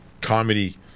comedy